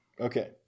Okay